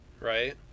right